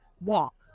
walk